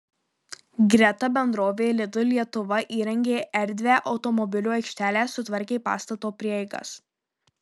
greta bendrovė lidl lietuva įrengė erdvią automobilių aikštelę sutvarkė pastato prieigas